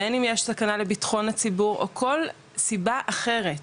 בין אם יש סכנה לביטחון הציבור או כל סיבה אחרת